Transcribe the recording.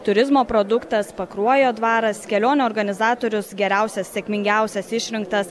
turizmo produktas pakruojo dvaras kelionių organizatorius geriausias sėkmingiausias išrinktas